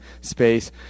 space